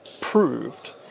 proved